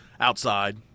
outside